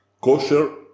kosher